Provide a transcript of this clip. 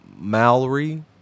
Mallory